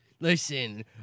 Listen